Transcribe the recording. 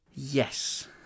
Yes